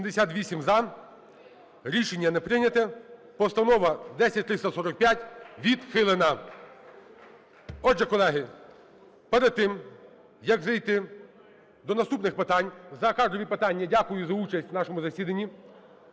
За-78 Рішення не прийнято. Постанова 10345 відхилена. Отже, колеги, перед тим як зайти до наступних питань… За кадрові питання дякую за участь в нашому засіданні,